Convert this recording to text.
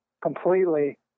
completely